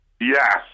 Yes